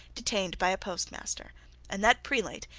detained by a postmaster and that prelate,